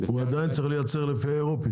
הוא עדיין יצטרך לייצר לפי האירופי?